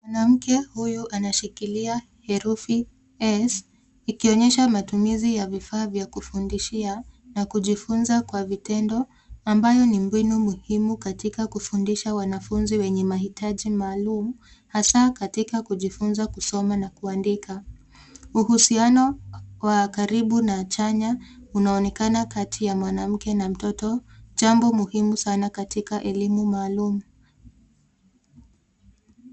Mwanamke huyu anashikilia herufi S ikionyesha matumizi ya vifaa vya kufundishia na kujifunza kwa vitendo ambayo ni mbinu muhimu katika kufundisha wanafunzi wenye mahitaji maalum hasa katika kujifunza kusoma na kuandika. Uhusiano wa karibu na chanya unaonekana kati ya mwanamke na mtoto, jambo muhimu sana katika elimu maalum.